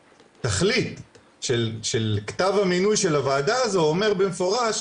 והתכלית של כתב המינוי של הוועדה הזו אומר במפורש,